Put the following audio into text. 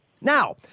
Now